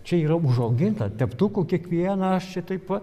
čia yra užauginta teptuku kiekvieną aš čia taip